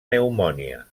pneumònia